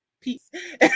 peace